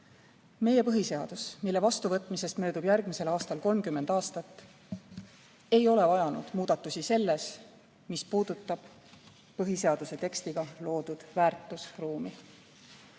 Meie põhiseadus, mille vastuvõtmisest möödub järgmisel aastal 30 aastat, ei ole vajanud muudatusi selles, mis puudutab põhiseaduse tekstiga loodud väärtusruumi.